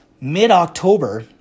mid-october